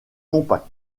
compact